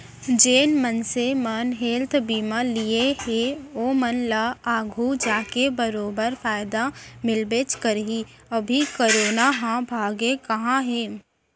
जेन मनसे मन हेल्थ बीमा लिये हें ओमन ल आघु जाके बरोबर फायदा मिलबेच करही, अभी करोना ह भागे कहॉं हे?